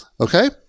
Okay